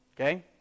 Okay